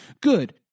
good